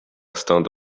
stąd